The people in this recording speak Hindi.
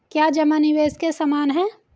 क्या जमा निवेश के समान है?